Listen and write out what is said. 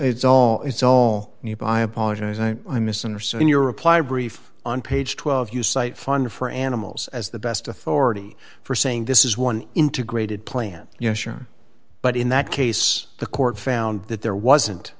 it's all it's all new but i apologize i i misunderstood in your reply brief on page twelve you cite funder for animals as the best authority for saying this is one integrated plan yes sure but in that case the court found that there wasn't